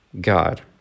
God